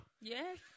Yes